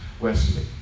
Wesley